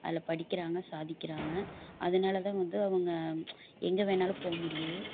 அதில் படிக்கிறாங்க சாதிக்கிறாங்க அதுனால தான் வந்து அவங்க எங்கே வேணாலும் போ முடியுது